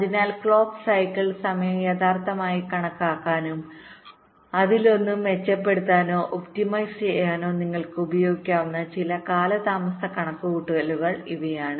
അതിനാൽ clock cycle സമയം യഥാർത്ഥമായി കണക്കാക്കാനും അതിലൊന്ന് മെച്ചപ്പെടുത്താനോ ഒപ്റ്റിമൈസ് ചെയ്യാനോ നിങ്ങൾക്ക് ഉപയോഗിക്കാവുന്ന ചില കാലതാമസ കണക്കുകൂട്ടലുകൾ ഇവയാണ്